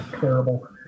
terrible